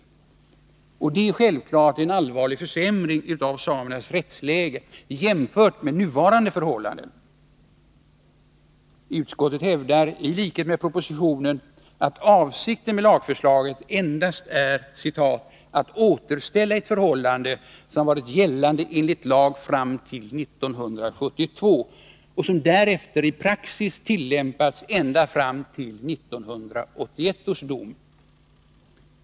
Och det är självklart en allvarlig försämring av samernas rättsläge jämfört med nuvarande förhållanden. 155 Utskottet hävdar, i likhet med propositionen, att avsikten med lagförslaget endast är att ”återställa ett förhållande som varit gällande enligt lag fram till 1972 och som därefter tillämpats i praxis fram till 1981 års dom.